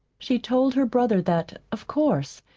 she told her brother that, of course,